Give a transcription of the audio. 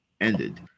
ended